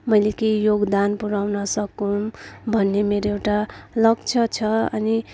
मैले केही योगदान पुर्याउन सकौँ भन्ने मेरो एउटा लक्ष्य छ अनि